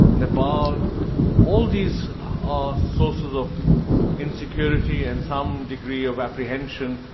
nepal all these are sources of insecurity and some degree of apprehension,